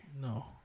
no